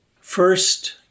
First